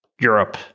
Europe